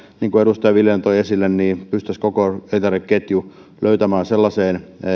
niin kuin edustaja viljanen toi esille siitä millä tavalla pystyttäisiin koko elintarvikeketju löytämään sellaiseen